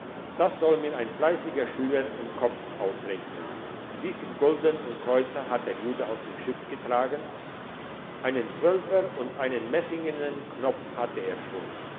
das soll mir ein fleissiger schüler im kopf ausrechnen wie viel gulden und kreuzer hat der jude aus dem schiff getragen einen zwölfer und einen messingenen knopf hatte er schon